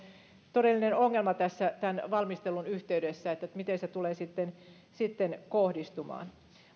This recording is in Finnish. todellinen ongelma tässä tämän valmistelun yhteydessä että miten se tulee sitten sitten kohdistumaan